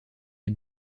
des